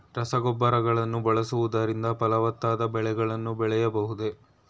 ರಸಗೊಬ್ಬರಗಳನ್ನು ಬಳಸುವುದರಿಂದ ಫಲವತ್ತಾದ ಬೆಳೆಗಳನ್ನು ಬೆಳೆಯಬಹುದೇ?